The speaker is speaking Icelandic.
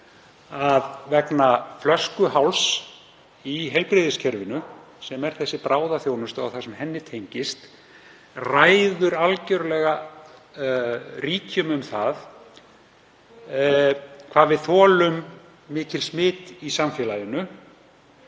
að flöskuhálsinn í heilbrigðiskerfinu, sem er bráðaþjónustan og það sem henni tengist, ræður algjörlega ríkjum um það hvað við þolum mikil smit í samfélaginu.